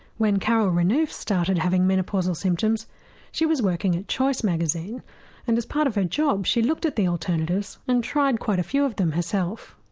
when carole renouf started having menopausal symptoms she was working at choice magazine and as part of her job she looked at the alternatives and tried quite a few of them herself.